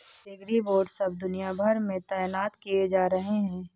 agribots अब दुनिया भर में तैनात किए जा रहे हैं